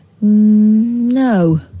No